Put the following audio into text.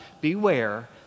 beware